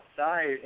outside